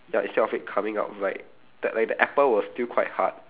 ya instead of it coming out like the like the apple was still quite hard